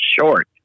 short